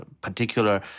particular